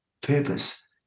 purpose